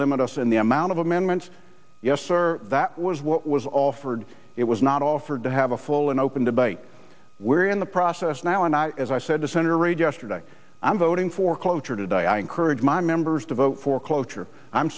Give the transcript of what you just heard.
limit us in the amount of amendments yes sir that was what was offered it was not offered to have a full and open debate where in the process now and i as i said to senator reid yesterday i'm voting for cloture did i encourage my members to vote for cloture i'm